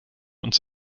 uns